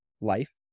life